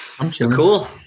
cool